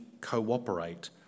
cooperate